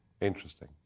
Interesting